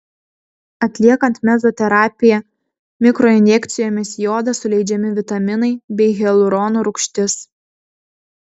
atliekant mezoterapiją mikroinjekcijomis į odą suleidžiami vitaminai bei hialurono rūgštis